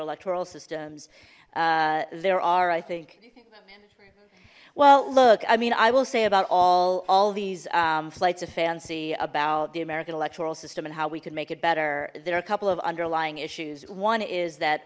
electoral systems there are i think well look i mean i will say about all all these flights of fancy about the american electoral system and how we could make it better there are a couple of underlying issues one is that